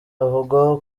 avugwaho